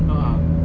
a'ah